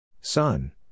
Son